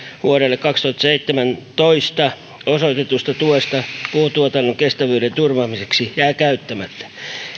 vuodelle kaksituhattaseitsemäntoista osoitetusta tuesta puuntuotannon kestävyyden turvaamiseen jää käyttämättä